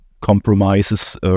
compromises